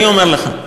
אני אומר לך.